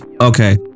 okay